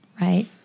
right